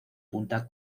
punta